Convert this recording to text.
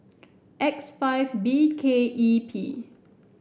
X five B K E P